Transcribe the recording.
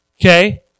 Okay